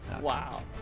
Wow